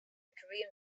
korean